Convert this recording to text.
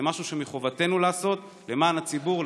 זה משהו שמחובתנו לעשות למען הציבור,